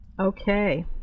Okay